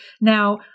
Now